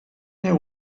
that